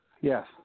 Yes